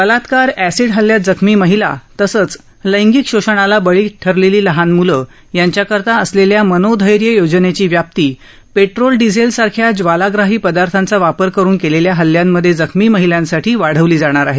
बलात्कार अॅसिड हल्ल्यात जखमी महिला तसंच लैंगिक शोषणाला बळी ठरलेली लहान मुलं यांच्याकरता असलेल्या मनोधैर्य योजनेची व्याप्ती पेट्रोल डिझेलसारख्या ज्वालाग्राही पदार्थांचा वापर करुन केलेल्या हल्ल्यांमधे जखमी महिलांसाठी वाढवली जाणार आहे